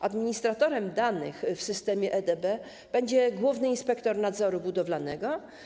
Administratorem danych w systemie EDB będzie główny inspektor nadzoru budowlanego.